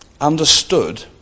understood